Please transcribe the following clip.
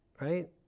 right